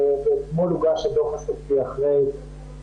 אתמול הוגש הדוח הסופי אחרי